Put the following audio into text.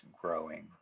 growing